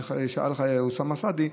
ששאל אוסאמה סעדי,